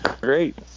great